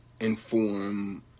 inform